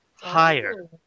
Higher